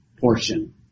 portion